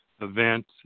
event